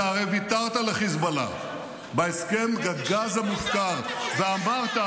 אתה הרי ויתרת לחיזבאללה בהסכם הגז המופקר ואמרת,